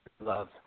love